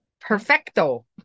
perfecto